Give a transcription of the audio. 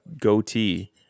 goatee